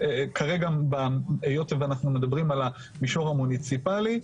כרגע היות ואנחנו מדברים על המישור המוניציפלי,